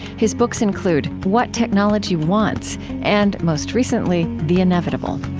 his books include what technology wants and, most recently, the inevitable